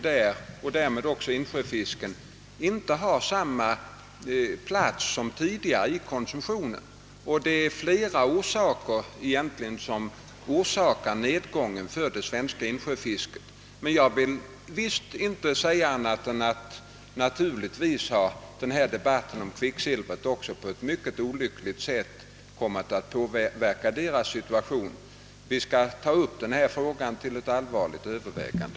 Därmed har insjöfisken inte längre samma plats i konsumtionen som tidigare. Det finns sålunda även andra orsaker till nedgången för vårt insjöfiske. Men jag förstår att också debatten om kvicksilvret på ett mycket olyckligt sätt har påverkat fiskarnas situation, och vi skall ta upp frågan till allvarligt övervägande.